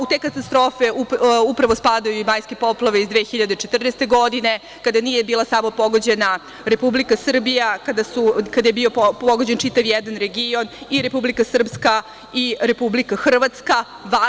U te katastrofe upravo spadaju i majske poplave iz 2014. godine, kada nije bila samo pogođena Republika Srbija, kada je bio pogođen čitav jedan region, i Republika Srpska i Republika Hrvatska.